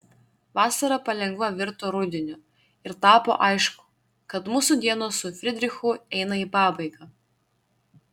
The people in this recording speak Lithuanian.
vasara palengva virto rudeniu ir tapo aišku kad mūsų dienos su fridrichu eina į pabaigą